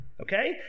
okay